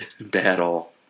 battle